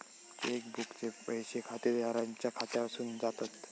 check बुकचे पैशे खातेदाराच्या खात्यासून जातत